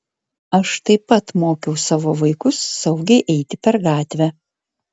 aš taip pat mokiau savo vaikus saugiai eiti per gatvę